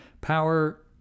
Power